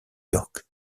york